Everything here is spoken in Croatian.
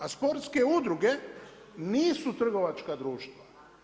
A sportske udruge nisu trgovačka društva.